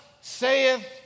saith